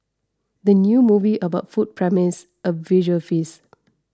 the new movie about food promises a visual feast